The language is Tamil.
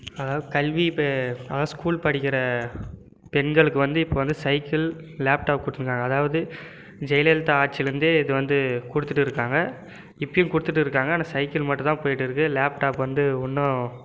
அதாவது கல்வி இப்போ அதாவது ஸ்கூல் படிக்கிற பெண்களுக்கு வந்து இப்போ வந்து சைக்கிள் லேப்டாப் கொடுத்துனுக்கறாங்க அதாவது ஜெயலலிதா ஆட்சிலந்தே இது வந்து கொடுத்துட்டு இருக்காங்க இப்போயும் கொடுத்துட்டு இருக்காங்க ஆனால் சைக்கிள் மட்டும் தான் போயிகிட்டு இருக்கு லேப்டாப் வந்து இன்னும்